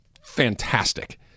fantastic